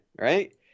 Right